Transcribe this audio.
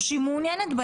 הקנאביס בכנסת.